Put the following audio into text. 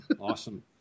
awesome